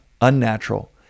unnatural